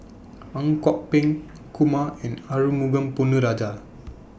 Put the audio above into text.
Ang Kok Peng Kumar and Arumugam Ponnu Rajah